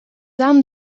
armes